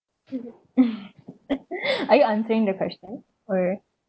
are you answering the question or